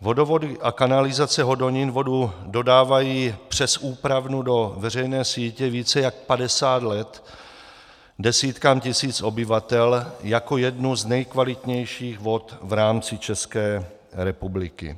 Vodovody a kanalizace Hodonín vodu dodávají přes úpravnu do veřejné sítě více jak padesát let desítkám tisíc obyvatel jako jednu z nejkvalitnějších vod v rámci České republiky.